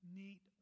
neat